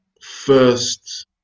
first